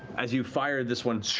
as you fire this one,